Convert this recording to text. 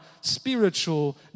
spiritual